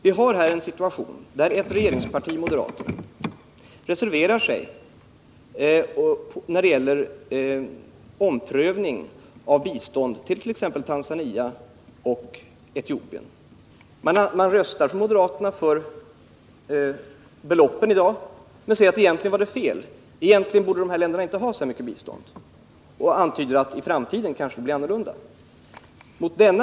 Vi har en situation där ett regeringsparti — moderaterna — reserverar sigi en fråga, och det gäller omprövning av biståndet till bl.a. Tanzania och Etiopien. Moderaterna röstar för de här beloppen, men säger sedan i reservationen att dessa länder egentligen inte borde ha så mycket biståndsmedel. Man antyder med sitt förslag om omprövning att det kan bli annorlunda i framtiden.